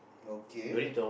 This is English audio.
okay